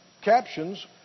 captions